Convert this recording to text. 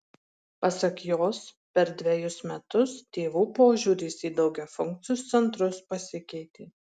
pasak jos per dvejus metus tėvų požiūris į daugiafunkcius centrus pasikeitė